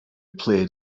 played